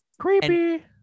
creepy